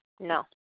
no